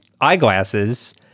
eyeglasses